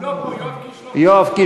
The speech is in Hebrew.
הוא לא פה, יואב קיש לא פה.